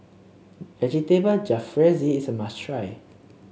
Vegetable Jalfrezi is a must try